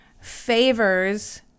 favors